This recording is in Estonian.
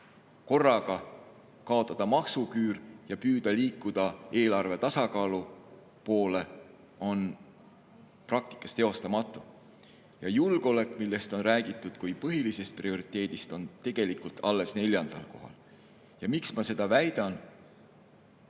korraga kaotada maksuküür ja püüda liikuda eelarve tasakaalu poole on praktikas teostamatu. Julgeolek, millest on räägitud kui põhilisest prioriteedist, on tegelikult alles neljandal kohal. Miks ma seda väidan?